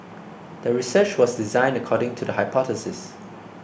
the research was designed according to the hypothesis